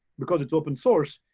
because it's open source,